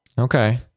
okay